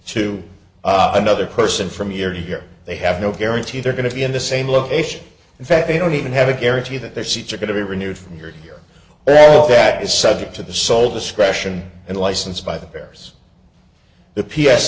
to another person from year to year they have no guarantee they're going to be in the same location in fact they don't even have a guarantee that their seats are going to be renewed from here but all that is subject to the sole discretion and license by the bears the p s